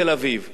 אבל מה זה אומר,